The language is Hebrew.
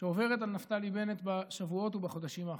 שעוברת על נפתלי בנט בשבועות ובחודשים האחרונים.